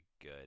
good